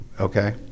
okay